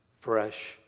fresh